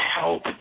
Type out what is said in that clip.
help